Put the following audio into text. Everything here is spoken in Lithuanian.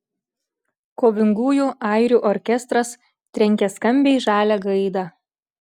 kovingųjų airių orkestras trenkia skambiai žalią gaidą